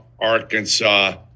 Arkansas